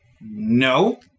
no